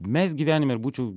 mest gyvenime ir būčiau